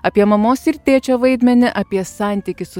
apie mamos ir tėčio vaidmenį apie santykį su